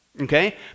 okay